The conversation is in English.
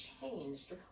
changed